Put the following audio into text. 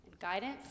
guidance